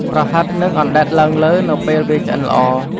ប្រហិតនឹងអណ្តែតឡើងលើនៅពេលវាឆ្អិនល្អ។